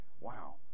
Wow